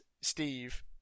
Steve